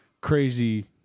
crazy